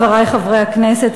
חברי חברי הכנסת,